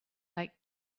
like